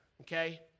okay